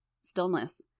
stillness